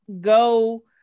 go